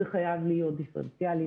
זה חייב להיות דיפרנציאלי.